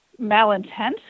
malintent